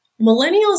millennials